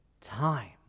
time